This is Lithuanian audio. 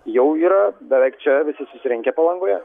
jau yra beveik čia visi susirinkę palangoje